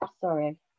sorry